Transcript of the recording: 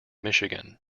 michigan